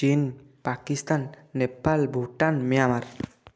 Chin Pakistan Nepal Bhutan Myanmar